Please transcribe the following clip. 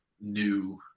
new